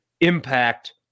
impact